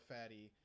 Fatty